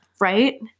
right